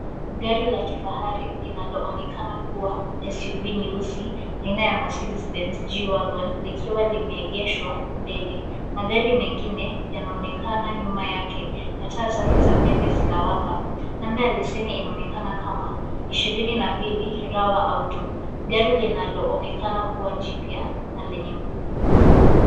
Gari la kifahari linaloonekana kuwa SUV nyeusi aina ya Mercedes Benz G-Wagon likiwa limeegeshwa mbele. Magari mengine yanaonekana nyuma yake na taa zake za mbele zinawaka. Namba ya leseni inaonekana kama ishirini na mbili Rawa Auto, gari linaloonekana kuwa jipya na lenye nguvu.